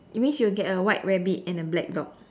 it means you will get a white rabbit and a black dog